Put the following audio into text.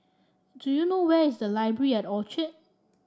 do you know where is Library at Orchard